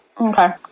okay